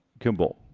kimball.